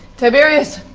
tiberius!